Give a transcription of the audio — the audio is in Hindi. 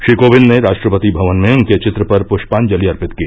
श्री कोविंद ने राष्ट्रपति भवन में उनके चित्र पर पुष्पांजलि अर्पित की